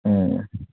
ꯑꯣ